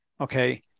Okay